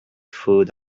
food